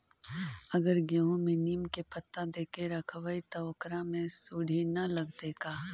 अगर गेहूं में नीम के पता देके यखबै त ओकरा में सुढि न लगतै का?